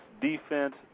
defense